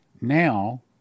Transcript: Now